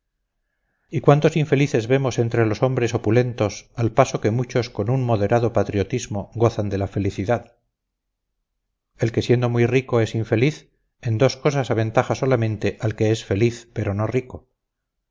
y cuántos infelices vemos entre los hombres opulentos al paso que muchos con un moderado patrimonio gozan de la felicidad el que siendo muy rico es infeliz en dos cosas aventaja solamente al que es feliz pero no rico